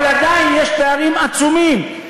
אבל עדיין יש פערים עצומים.